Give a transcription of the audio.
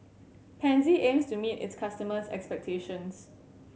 pansy aims to meet its customers' expectations